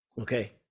okay